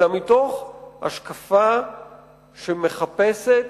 אלא מתוך השקפה שמחפשת